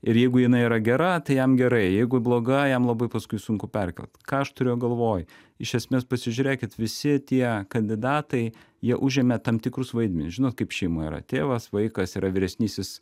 ir jeigu jinai yra gera tai jam gerai jeigu bloga jam labai paskui sunku perkelt ką aš turiu galvoj iš esmės pasižiūrėkit visi tie kandidatai jie užėmė tam tikrus vaidmenis žinot kaip šeimoj yra tėvas vaikas yra vyresnysis